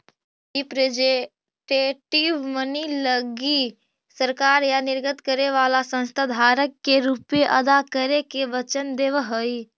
representative money लगी सरकार या निर्गत करे वाला संस्था धारक के रुपए अदा करे के वचन देवऽ हई